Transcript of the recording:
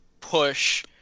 push